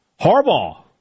Harbaugh